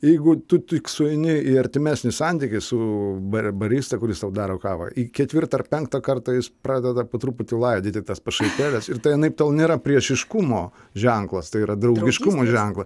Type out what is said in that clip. jeigu tu tik sueini į artimesnį santykį su ba barista kuris tau daro kavą į ketvirtą ar penktą kartą jis pradeda po truputį laidyti tas pašaipėles ir tai anaiptol nėra priešiškumo ženklas tai yra draugiškumo ženklas